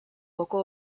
local